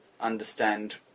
understand